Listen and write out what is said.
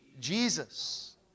Jesus